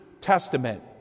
Testament